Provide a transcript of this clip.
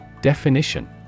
Definition